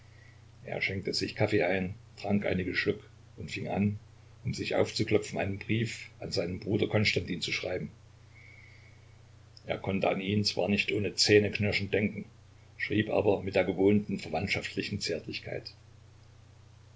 er schenkte sich kaffee ein trank einige schluck und fing an um sich aufzuklopfen einen brief an seinen bruder konstantin zu schreiben er konnte an ihn zwar nicht ohne zähneknirschen denken schrieb aber mit der gewohnten verwandtschaftlichen zärtlichkeit